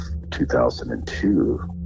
2002